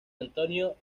antonio